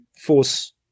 force